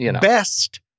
best